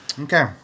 Okay